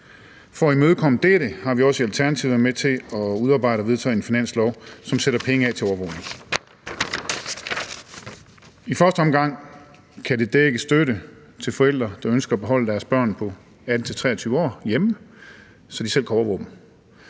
For at imødekomme dette har vi også i Alternativet været med til at udarbejde og vedtage en finanslov, som sætter penge af til overvågning. I første omgang kan det dække støtte til forældre, der ønsker at beholde deres børn på 18-23 år hjemme, så de selv kan overvåge